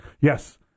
Yes